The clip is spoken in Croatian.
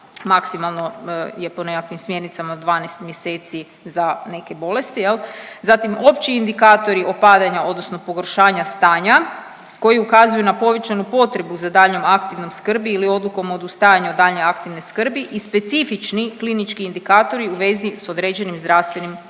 maksimalno je po nekakvim smjernicama 12 mjeseci za neke bolesti jel. Zatim opći indikatori opadanja odnosno pogoršanja stanja koji ukazuju na povećanu potrebu za daljnjom aktivnom skrbi ili odlukom o odustajanju od daljnje aktivne skrbi i specifični klinički indikatori u vezi s određenim zdravstvenim stanjima.